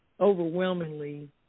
overwhelmingly